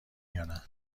یانه